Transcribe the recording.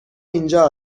اینجا